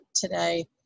today